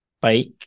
bike